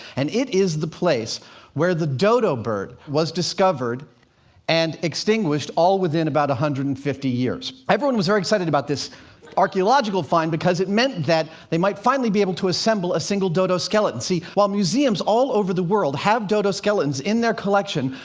and it is the place where the dodo bird was discovered and extinguished, all within about one hundred and fifty years. everyone was very excited about this archaeological find, because it meant that they might finally be able to assemble a single dodo skeleton. see, while museums all over the world have dodo skeletons in their collection,